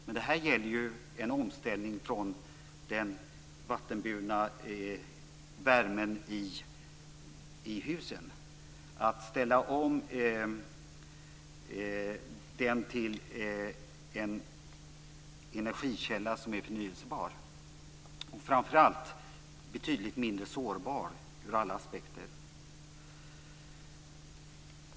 Men detta gäller ju att ställa om den vattenburna värmen i husen till en energikälla som är förnyelsebar och framför allt betydligt mindre sårbar ur alla aspekter.